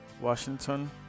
washington